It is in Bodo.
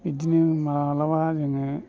बिदिनो माब्लाबा जोङो